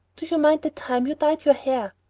do you mind the time you dyed your hair?